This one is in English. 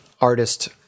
artist